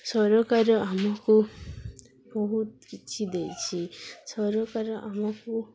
ସରକାର ଆମକୁ ବହୁତ କିଛି ଦେଇଛି ସରକାର ଆମକୁ